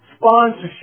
Sponsorship